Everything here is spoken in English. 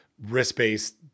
risk-based